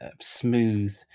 smooth